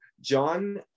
John